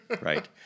Right